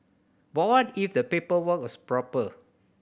but what if the paperwork was proper